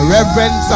Reverend